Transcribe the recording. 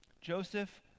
Joseph